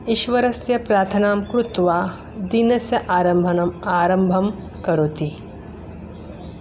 ईश्वरस्य प्राथनां कृत्वा दिनस्य आरम्भम् आरम्भं करोति